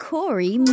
Corey